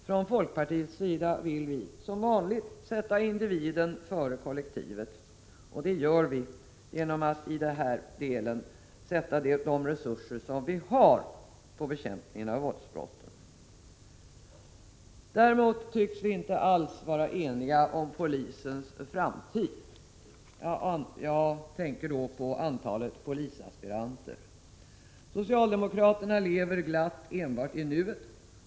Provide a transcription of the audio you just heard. Från folkpartiets sida vill vi som vanligt sätta individen före kollektivet. Det gör vi genom att i den delen sätta in de resurser som vi har på bekämpningen av våldsbrotten. Däremot tycks vi inte alls vara eniga om polisens framtid. Jag tänker då på antalet polisaspiranter. Socialdemokraterna lever glatt enbart i nuet.